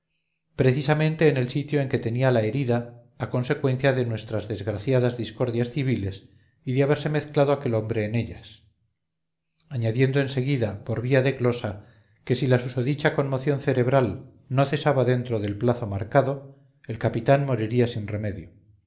precisamente en el sitio en que tenía la herida a consecuencia de nuestras desgraciadas discordias civiles y de haberse mezclado aquel hombre en ellas añadiendo en seguida por vía de glosa que si la susodicha conmoción cerebral no cesaba dentro del plazo marcado el capitán moriría sin remedio